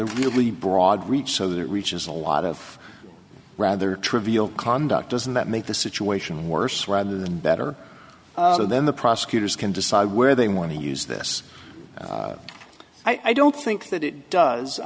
a really broad reach so that reaches a lot of rather trivial conduct doesn't that make the situation worse rather than better so then the prosecutors can decide where they want to use this i don't think that it does i